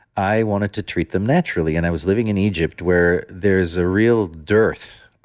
i wanted to treat them naturally. and i was living in egypt where there's a real dearth,